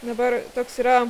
dabar toks yra